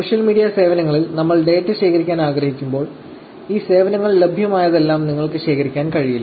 social media സേവനങ്ങളിൽ നമ്മൾ data ശേഖരിക്കാൻ ആഗ്രഹിക്കുമ്പോൾ ഈ സേവനങ്ങളിൽ ലഭ്യമായതെല്ലാം നിങ്ങൾക്ക് ശേഖരിക്കാൻ കഴിയില്ല